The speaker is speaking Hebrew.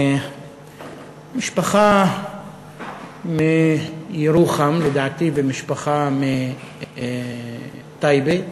משפחה מירוחם, לדעתי, ומשפחה מטייבה,